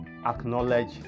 Acknowledge